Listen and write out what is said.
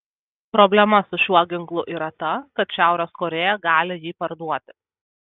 problema su šiuo ginklu yra ta kad šiaurės korėja gali jį parduoti